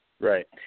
Right